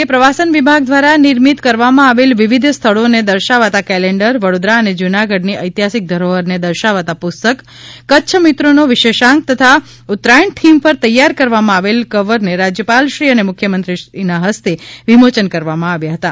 આ પ્રસંગે પ્રવાસન વિભાગ દ્વારા નિર્મિત કરવામાં આવેલ વિવિધ સ્થળોને દર્શાવતા કેલેન્ડર વડોદરા અને જૂનાગઢની ઐતિહાસિક ધરોહરને દર્શાવતા પુસ્તક કચ્છ મિત્રનો વિશેષાંક તથા ઉત્તરાયણ થીમ પર તૈયાર કરવામાં આવેલ કવરને રાજ્યપાલશ્રી અને મુખ્યમંત્રીશ્રીના હસ્તે વિમોચન કરવામાં આવ્યાં હતાં